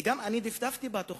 אני דפדפתי בתוכנית,